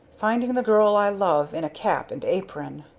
finding the girl i love in a cap and apron!